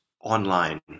online